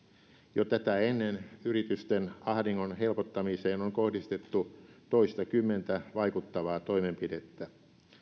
jo tätä ennen yritysten ahdingon helpottamiseen on kohdistettu toistakymmentä vaikuttavaa toimenpidettä